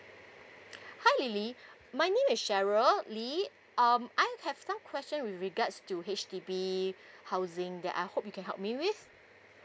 hi lily my name is cheryl lee um I have some questions with regards to H_D_B housing that I hope you can help me with